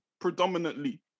predominantly